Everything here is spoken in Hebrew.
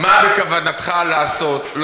מה בכוונתך לעשות,